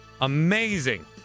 Amazing